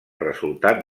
resultat